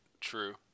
True